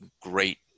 great